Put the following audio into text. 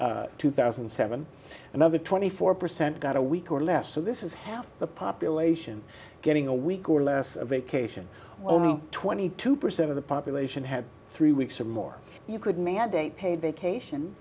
n two thousand and seven another twenty four percent got a week or less so this is half the population getting a week or less vacation only twenty two percent of the population had three weeks or more you could mandate paid vacation